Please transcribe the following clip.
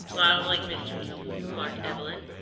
well, i don't like mysteries, remarked evelyn.